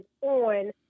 on